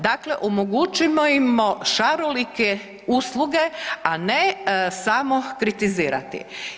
Dakle, omogućimo im šarolike usluge, a ne samo kritizirati.